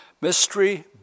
Mystery